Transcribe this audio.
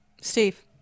Steve